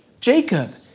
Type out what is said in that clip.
Jacob